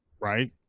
right